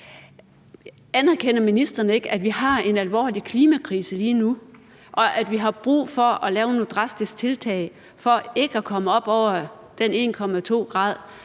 Anerkender ministeren ikke, at vi har en alvorlig klimakrise lige nu, og at vi har brug for at lave nogle drastiske tiltag for ikke at komme op over de 1,2 grader,